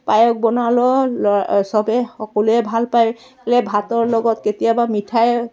পায়স বনালেও ল চবে সকলোৱে ভাল পাই ভাতৰ লগত কেতিয়াবা মিঠাই